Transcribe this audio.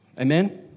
Amen